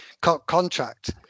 contract